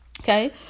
Okay